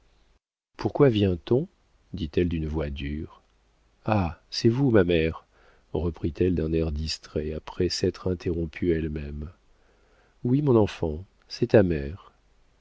pourquoi vient-on dit-elle d'une voix dure ah c'est vous ma mère reprit-elle d'un air distrait après s'être interrompue elle-même oui mon enfant c'est ta mère